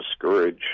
discourage